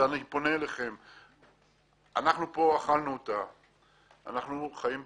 אנחנו פה אכלנו אותה, אנחנו חיים בסיוט.